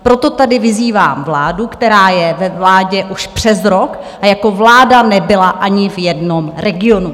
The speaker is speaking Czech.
Proto tady vyzývám vládu, která je ve vládě už přes rok a jako vláda nebyla ani v jednom regionu.